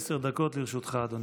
בבקשה, עשר דקות לרשותך, אדוני.